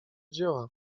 dzieła